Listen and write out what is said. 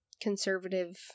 conservative